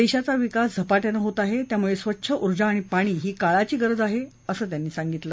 देशाचा विकास झपाट्यानं होत आहे त्यामुळे स्वच्छ ऊर्जा आणि पाणी ही काळाची गरज आहे असं ते म्हणाले